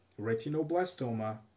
retinoblastoma